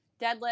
deadlift